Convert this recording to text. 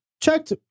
checked